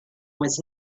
was